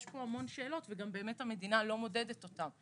יש פה המון שאלות ובאמת המדינה לא מודדת אותם.